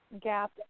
gap